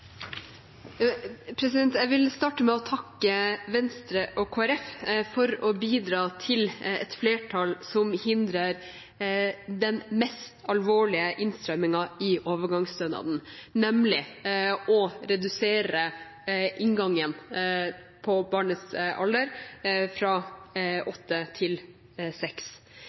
til. Jeg vil starte med å takke Venstre og Kristelig Folkeparti for å bidra til et flertall som hindrer den mest alvorlige innstrammingen i overgangsstønaden, nemlig å redusere inngangen på barnets alder fra